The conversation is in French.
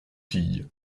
filles